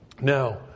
now